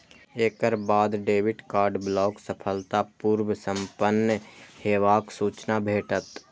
एकर बाद debit card block सफलतापूर्व संपन्न हेबाक सूचना भेटत